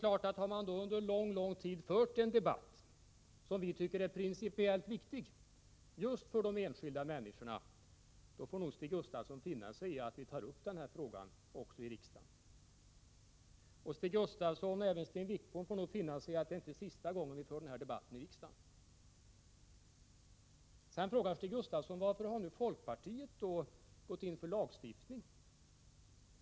När vi då under lång tid fört en debatt som vi tycker är principiellt viktig för de enskilda människorna, får nog Stig Gustafsson finna sig i att vi tar upp den här frågan också i riksdagen. Stig Gustafsson och Sten Wickbom får nog finna sig i att det inte är sista gången vi för den här debatten i riksdagen. Sedan frågar Stig Gustafsson varför folkpartiet har gått in för lagstiftning.